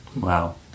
Wow